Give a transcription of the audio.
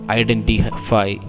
identify